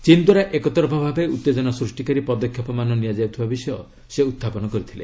ଚୀନ୍ ଦ୍ୱାରା ଏକତରଫା ଭାବେ ଉତ୍ତେଜନା ସୃଷ୍ଟିକାରୀ ପଦକ୍ଷେପମାନ ନିଆଯାଉଥିବା ବିଷୟ ସେ ଉତ୍ଥାପନ କରିଥିଲେ